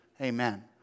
Amen